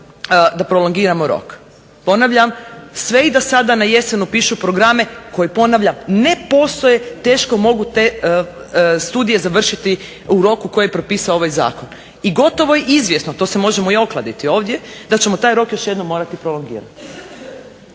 da prolongiramo rok. Ponavljam, sve i da sada najesen upišu programe, koji ponavljam ne postoje, teško mogu te studije završiti u roku koji je propisao ovaj zakon. I gotovo je izvjesno, to se možemo i okladiti ovdje, da ćemo taj rok još jednom morati prolongirati